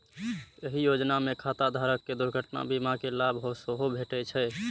एहि योजना मे खाता धारक कें दुर्घटना बीमा के लाभ सेहो भेटै छै